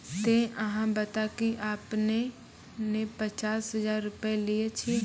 ते अहाँ बता की आपने ने पचास हजार रु लिए छिए?